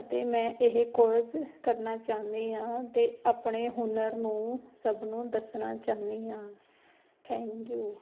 ਅਤੇ ਮੈਂ ਇਹ ਕੋਰਸ ਕਰਨਾ ਚਾਹੁੰਦੀ ਹਾਂ ਅਤੇ ਆਪਣੇ ਹੁਨਰ ਨੂੰ ਸਭ ਨੂੰ ਦੱਸਣਾ ਚਾਹੁੰਦੀ ਹਾਂ ਥੈਂਕ ਯੂ